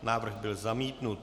Návrh byl zamítnut.